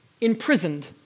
imprisoned